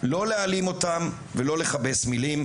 לא להעלים אותם ולא לכבס מילים,